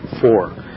Four